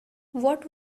what